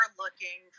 looking